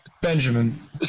Benjamin